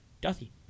Duffy